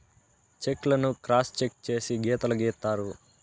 check లను cross cheque చేసి గీతలు గీత్తారు